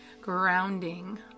grounding